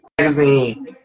magazine